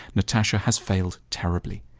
natasha has failed terribly.